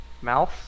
Mouse